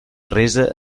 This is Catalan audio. resa